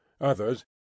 Others